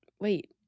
wait